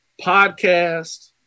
podcast